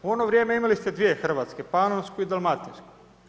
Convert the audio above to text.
U ono vrijeme imali ste dvije Hrvatske, Panonsku i Dalmatinsku.